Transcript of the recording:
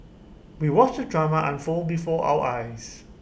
we watched the drama unfold before our eyes